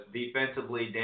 defensively